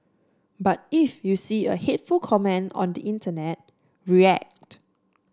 but if you see a hateful comment on the internet react